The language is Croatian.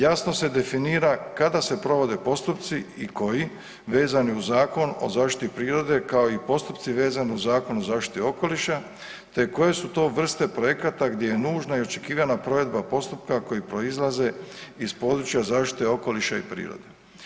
Jasno se definira kada se provode postupci i koji vezani uz Zakon o zaštiti prirode kao i postupci vezani uz Zakon o zaštiti okoliša te koje su to vrste projekata gdje je nužna i očekivana provedba postupka koji proizlaze iz područja zaštite okoliša i prirode.